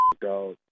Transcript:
dog